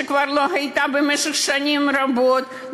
שכבר לא הייתה שנים רבות,